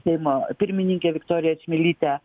seimo pirmininkę viktoriją čmilytę